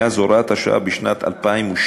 מאז הוראת השעה בשנת 2002,